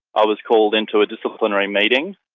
i was called into a disciplinary meeting.